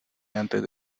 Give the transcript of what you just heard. antes